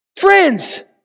Friends